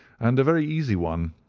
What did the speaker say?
and a very easy one,